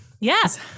Yes